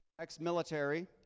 ex-military